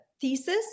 thesis